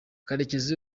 karekezi